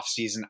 offseason